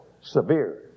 severe